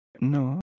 No